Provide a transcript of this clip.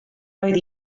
roedd